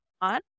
on